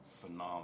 phenomenal